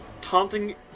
Taunting